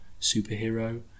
superhero